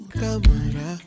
camera